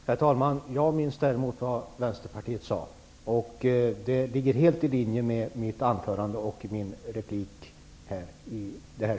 Herr talman! Jag minns däremot vad Vänsterpartiet sade, och det ligger helt i linje med mitt anförande och min replik här.